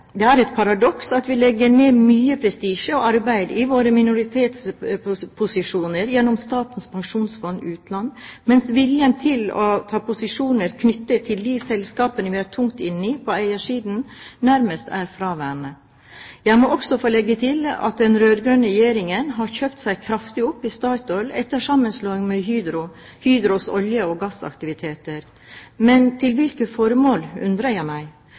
Det er et paradoks at vi legger ned mye prestisje og arbeid i våre minoritetsposisjoner gjennom Statens Pensjonsfond – Utland, mens viljen til å ta posisjoner knyttet til de selskapene vi er tungt inne i på eiersiden, nærmest er fraværende. Jeg må også få legge til at den rød-grønne regjeringen har kjøpt seg kraftig opp i Statoil etter sammenslåingen med Hydros olje- og gassaktiviteter. Men til hvilket formål, undrer jeg meg?